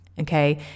Okay